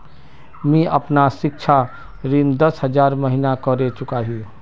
मी अपना सिक्षा ऋण दस हज़ार महिना करे चुकाही